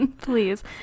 Please